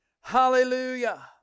Hallelujah